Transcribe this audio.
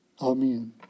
amen